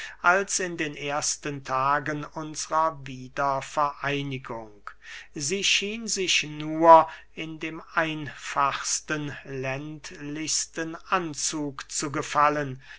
als in den ersten tagen unsrer wiedervereinigung sie schien sich nur in dem einfachsten ländlichsten anzug zu gefallen